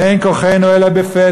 אין כוחנו אלא בפה,